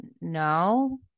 no